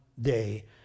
day